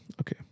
Okay